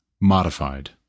modified